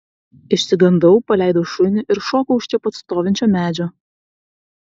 išsigandau paleidau šunį ir šokau už čia pat stovinčio medžio